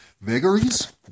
Vagaries